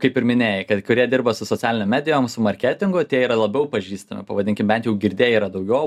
kaip ir minėjai kad kurie dirba su socialinėm medijom su marketingo tie yra labiau pažįstami pavadinkim bent jau girdėję yra daugiau